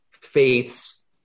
Faiths